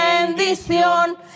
bendición